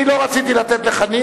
אני לא רציתי לתת לחנין.